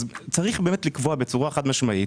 אז צריך לקבוע בצורה חד משמעית,